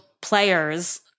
players